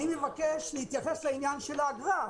אני מבקש להתייחס לעניין של האגרה.